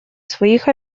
своих